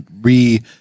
re